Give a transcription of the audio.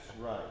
Right